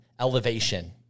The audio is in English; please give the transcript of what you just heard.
elevation